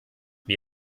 wir